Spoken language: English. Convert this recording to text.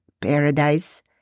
Paradise